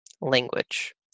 language